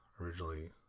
originally